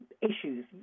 issues